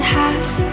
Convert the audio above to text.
half